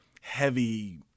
heavy